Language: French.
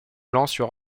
lancent